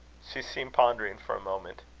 she seemed pondering for a moment.